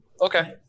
Okay